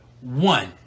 one